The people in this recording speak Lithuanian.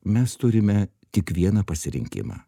mes turime tik vieną pasirinkimą